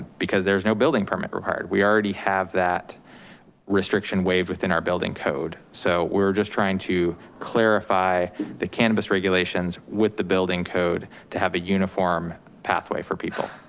because there's no building permit required. we already have that restriction waved within our building code. so we're just trying to clarify the cannabis regulations with the building code to have a uniform pathway for people.